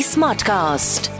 Smartcast